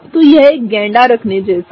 तो यह एक गैंडा रखने जैसा है